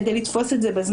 כדי לתפוס את זה בזמן.